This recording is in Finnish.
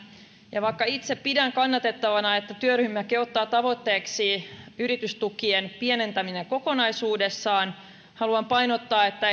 ja vaikka itse pidän kannatettavana että työryhmäkin ottaa tavoitteeksi yritystukien pienentämisen kokonaisuudessaan haluan painottaa että